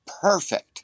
perfect